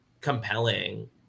compelling